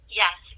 yes